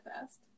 fast